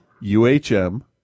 U-H-M